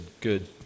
Good